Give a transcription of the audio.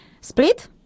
Split